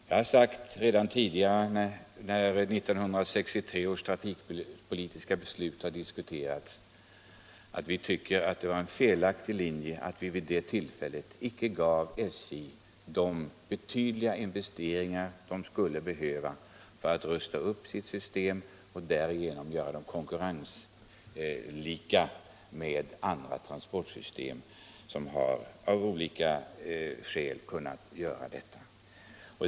Jag har sagt tidigare, när 1963 års trafikpolitiska beslut diskuterats, att vi tycker att det var en felaktig linje att riksdagen, när det beslutet togs, icke gav SJ möjlighet att göra de betydande investeringar som verket behövt för att rusta upp sin transportapparat och bli jämbördigt i konkurrensen med andra transportsystem som av olika skäl kunnat göra erforderliga investeringar.